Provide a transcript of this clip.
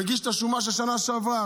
מגיש את השומה של שנה שעברה.